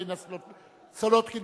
התשע"א 2011,